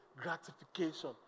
gratification